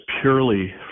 purely